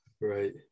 right